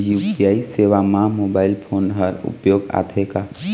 UPI सेवा म mobile phone हर उपयोग आथे का?